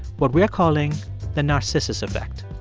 what we are calling the narcissus effect